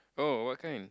oh what kind